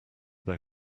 their